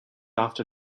after